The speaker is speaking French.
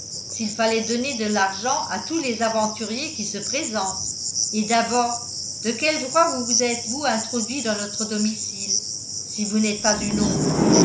s'il fallait donner de l'argent à tous les aventuriers qui se présentent et d'abord de quel droit vous êtes-vous introduit dans notre domicile si vous n'êtes pas une ombre